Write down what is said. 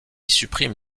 supprime